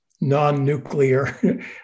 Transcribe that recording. non-nuclear